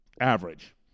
average